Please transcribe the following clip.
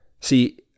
See